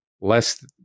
less